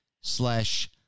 slash